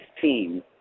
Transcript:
team